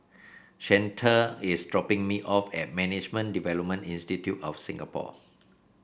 Chante is dropping me off at Management Development Institute of Singapore